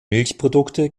milchprodukte